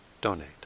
donate